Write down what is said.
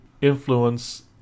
influence